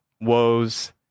woes